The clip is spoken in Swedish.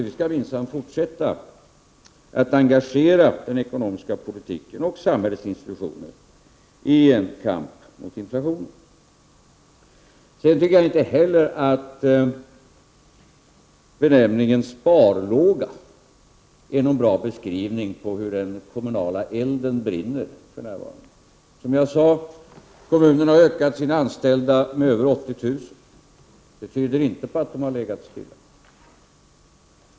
Vi skall minsann fortsätta att engagera den ekonomiska politiken och samhällets institutioner i en kamp mot inflationen. Jag tycker inte heller att benämningen sparlåga är någon bra beskrivning av hur den kommunala elden brinner för närvarande. Som jag sade har kommunerna ökat antalet anställda med över 80 000 personer. Det tyder inte på att de har legat stilla.